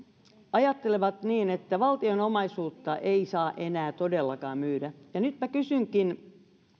ajattelevat että valtion omaisuutta ei saa enää todellakaan myydä ja nyt kysynkin